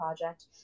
Project